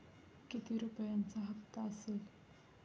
किती रुपयांचा हप्ता असेल?